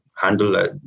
handle